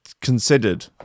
considered